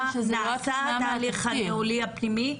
נעשה התהליך הניהולי הפנימי?